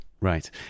Right